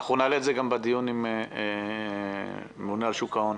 נעלה את זה גם בדיון עם הממונה על שוק ההון.